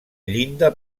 llinda